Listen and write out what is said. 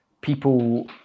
people